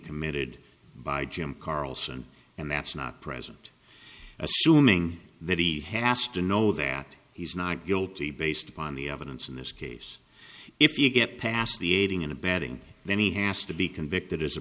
committed by jim carlson and that's not present assuming that he has to know that he's not guilty based upon the evidence in this case if you get past the aiding and abetting then he has to be convicted as a